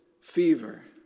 fever